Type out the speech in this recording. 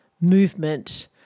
movement